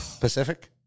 Pacific